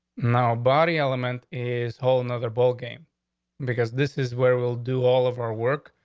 nobody element is whole another ball game because this is where we'll do all of our work.